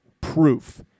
proof